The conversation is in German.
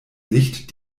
licht